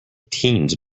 teens